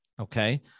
okay